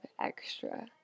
extra